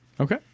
Okay